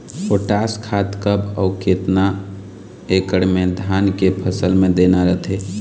Potash खाद कब अऊ केतना एकड़ मे धान के फसल मे देना रथे?